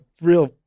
real